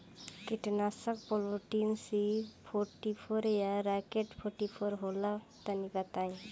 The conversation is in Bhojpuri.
कीटनाशक पॉलीट्रिन सी फोर्टीफ़ोर या राकेट फोर्टीफोर होला तनि बताई?